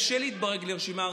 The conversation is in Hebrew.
וקשה להתברג לרשימה ארצית,